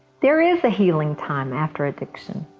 there is a healing time after addiction.